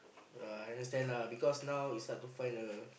I understand lah because now is hard to find a